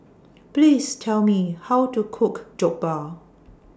Please Tell Me How to Cook Jokbal